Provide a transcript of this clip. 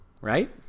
Right